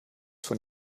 von